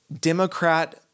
Democrat